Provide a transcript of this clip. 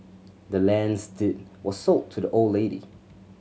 the land's deed was sold to the old lady